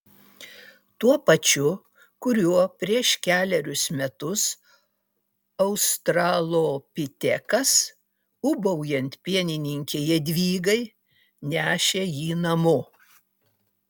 tuo pačiu kuriuo prieš kelerius metus australopitekas ūbaujant pienininkei jadvygai nešė jį namo